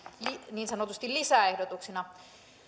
niin sanotusti lisäehdotuksina